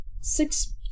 Six